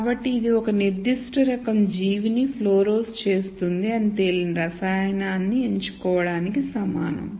కాబట్టి ఇది ఒక నిర్దిష్ట రకం జీవిని ఫ్లోరోస్ చేస్తుంది అని తేలిన రసాయనాన్ని ఎంచుకోవడానికి సమానం